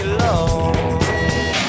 love